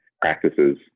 practices